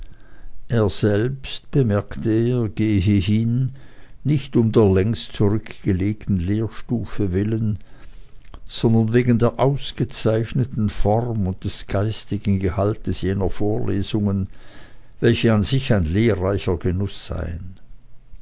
er selbst bemerkte er gehe hin nicht um der längst zurückgelegten lehrstufe willen sondern wegen der ausgezeichneten form und des geistigen gehaltes jener vorlesungen welche an sich ein lehrreicher genuß seien